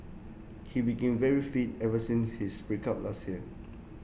he became very fit ever since his break up last year